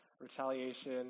retaliation